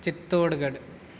Chittorgarh